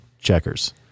checkers